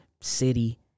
city